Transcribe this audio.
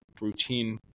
routine